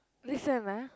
listen ah